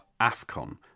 AFCON